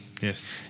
Yes